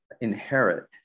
inherit